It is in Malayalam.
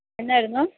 എന്നായിരുന്നു